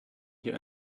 hier